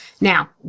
now